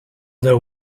other